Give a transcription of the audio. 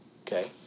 okay